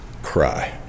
cry